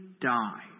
die